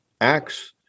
acts